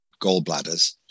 gallbladders